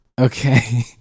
Okay